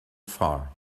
far